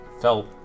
Felt